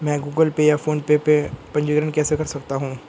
मैं Google pay या PhonePe में पंजीकरण कैसे कर सकता हूँ?